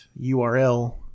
URL